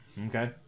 Okay